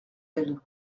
elle